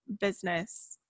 business